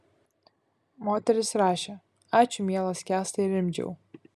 moteris rašė ačiū mielas kęstai rimdžiau